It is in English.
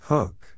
Hook